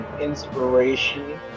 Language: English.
inspiration